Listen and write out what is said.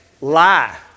lie